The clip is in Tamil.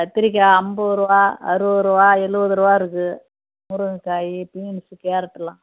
கத்திரிக்காய் ஐம்பது ரூபா அறுவது ரூபா எழுவது ரூபா இருக்குது முருங்கக்காய் பீன்ஸ்ஸு கேரட்டெல்லாம்